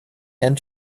and